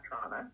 trauma